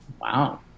Wow